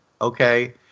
okay